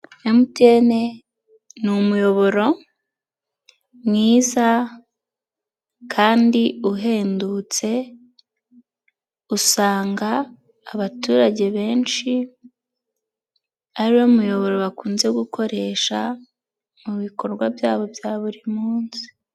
MTN ni umuyoboro mwiza kandi uhendutse, usanga abaturage benshi ari wo muyoboro bakunze gukoresha mu bikorwa byabo bya buri munsi.